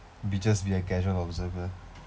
be just be a casual observer